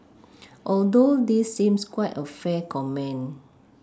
although this seems quite a fair comment